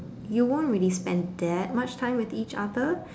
you won't really spend that much time with each other